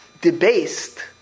debased